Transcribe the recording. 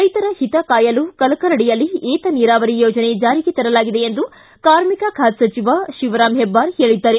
ರೈತರ ಹಿತಕಾಯಲು ಕಲಕರಡಿಯಲ್ಲಿ ಏತನೀರಾವರಿ ಯೋಜನೆ ಜಾರಿಗೆ ತರಲಾಗಿದೆ ಎಂದು ಕಾರ್ಮಿಕ ಖಾತೆ ಸಚಿವ ಶಿವರಾಮ ಹೆಬ್ಬಾರ್ ಹೇಳಿದ್ದಾರೆ